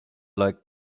like